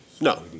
No